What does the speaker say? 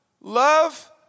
love